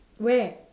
where